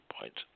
point